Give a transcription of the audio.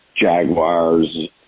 Jaguars